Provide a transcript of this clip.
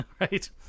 Right